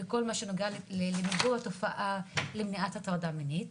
בכל מה שנוגע למניעת הטרדה מינית.